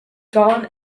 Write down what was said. gone